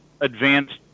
advanced